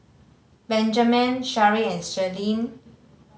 Benjaman Shari and Celine